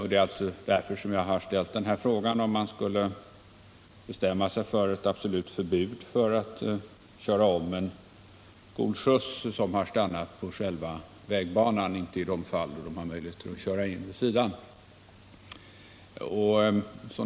Det är därför som jag har ställt frågan, om man inte bör bestämma sig för ett absolut förbud mot omkörning av skolskjutsar som har stannat på själva vägbanan — det gäller inte i de fall då de har möjlighet att köra in vid sidan av vägen.